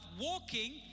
walking